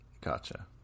Gotcha